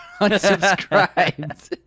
Unsubscribed